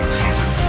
season